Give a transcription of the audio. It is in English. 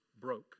broke